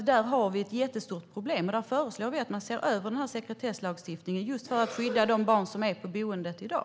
Där har vi ett jättestort problem, och vi föreslår att man ser över sekretesslagstiftningen just för att skydda de barn som är på boenden i dag.